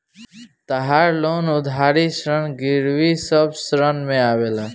तहार लोन उधारी ऋण गिरवी सब ऋण में आवेला